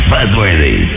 Buzzworthy